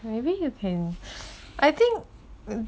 maybe you can I think